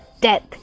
death